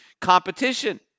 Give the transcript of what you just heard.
competition